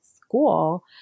school